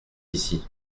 ici